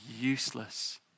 useless